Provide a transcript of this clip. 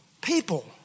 People